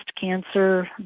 cancer